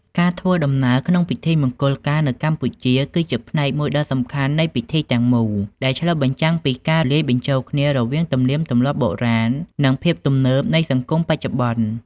ការធ្វើដំណើរក្នុងពិធីមង្គលការនៅកម្ពុជាគឺជាផ្នែកមួយដ៏សំខាន់នៃពិធីទាំងមូល ដែលឆ្លុះបញ្ចាំងពីការលាយបញ្ចូលគ្នារវាងទំនៀមទម្លាប់បុរាណនិងភាពទំនើបនៃសង្គមបច្ចុប្បន្ន។